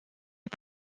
est